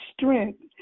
strength